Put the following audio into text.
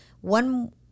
one